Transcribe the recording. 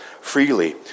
freely